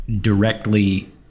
directly